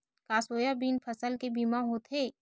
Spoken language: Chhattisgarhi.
का सोयाबीन फसल के बीमा होथे?